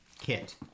kit